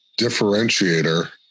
differentiator